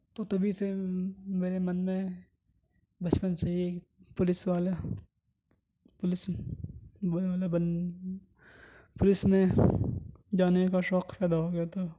تو تبھی سے میرے من میں بچپن سے ہی پولیس والا پولیس والا پولیس میں جانے کا شوق پیدا ہو گیا تھا